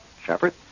Shepard